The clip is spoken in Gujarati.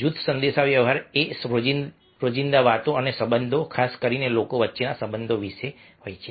જૂથ સંદેશાવ્યવહાર એ રોજિંદા વાતો અને સંબંધો ખાસ કરીને લોકો વચ્ચેના સંબંધો વિશે છે